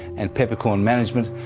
and peppercorn management,